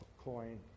coin